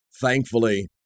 Thankfully